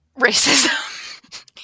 racism